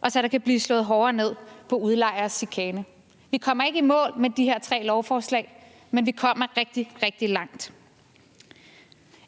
og så der kan blive slået hårdere ned på udlejeres chikane. Vi kommer ikke i mål med det med de her tre lovforslag, men vi kommer rigtig, rigtig langt.